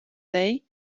day